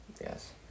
yes